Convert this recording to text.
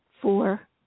four